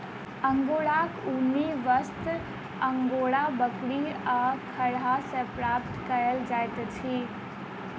अंगोराक ऊनी वस्त्र अंगोरा बकरी आ खरहा सॅ प्राप्त कयल जाइत अछि